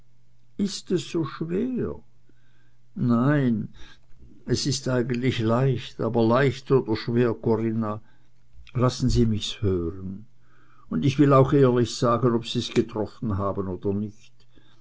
ist es so schwer nein es ist eigentlich leicht aber leicht oder schwer corinna lassen sie mich's hören und ich will auch ehrlich sagen ob sie's getroffen haben oder nicht